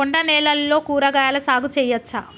కొండ నేలల్లో కూరగాయల సాగు చేయచ్చా?